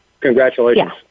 Congratulations